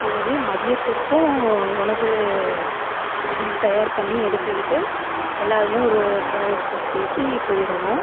அப்பொழுது மதியத்திற்கும் உணவு தயார் பண்ணி எடுத்துக்கிட்டு எல்லாருமே ஒரு ட்ராவல்ஸ் பஸ் பேசி போயிருந்தோம்